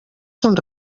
són